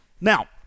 now